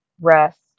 rest